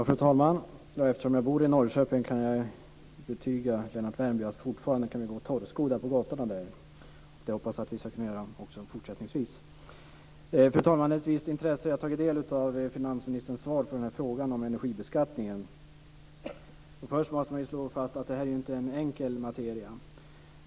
Fru talman! Eftersom jag bor i Norrköping kan jag betyga för Lennart Värmby att vi fortfarande kan gå torrskodda på gatorna där, och det hoppas jag att vi ska kunna göra också fortsättningsvis. Jag har med ett visst intresse tagit del av finansministerns svar på frågan om energibeskattningen. Först måste man slå fast att detta inte är någon enkel materia.